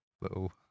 Little